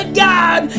god